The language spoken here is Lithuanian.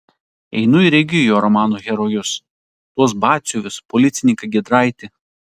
einu ir regiu jo romanų herojus tuos batsiuvius policininką giedraitį